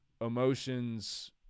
Emotions